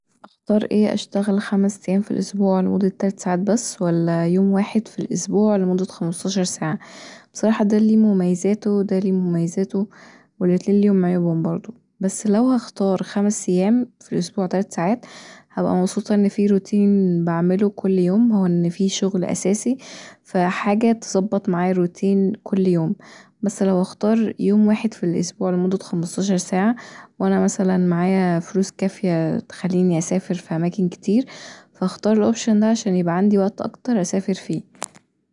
اختار ايه اشتغل خمس ايام في الاسبوع لمدة تلات ساعات بس ولا يوم واحد في الأسبوع لمدة خمستاشر ساعه بصراحه دا ليه مميزاته ودا ليه مميزاته والاتنين ليهم عيوبهم برضو بس لو هختار خمس ايام في الأسبوع تلات ساعات هبقي مبسوطه ان فيه روتين بعمله كل يوم وان فيه شغل أساسي فحاجه تظبط معياا الروتين كل يوم بس لو هختار يوم واخد في الأسبوع لمدة خمستاشر ساعه وأنا مثلا معايا فلوس كافيه تخليني اسافر في اماكن كتير هختار الاوبشن دا عشان يبقي عندي وقت أكتر اسافر فيه